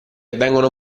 vengono